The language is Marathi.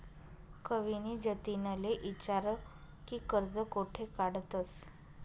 कविनी जतिनले ईचारं की कर्ज कोठे काढतंस